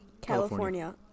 California